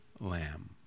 Lamb